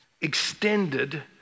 extended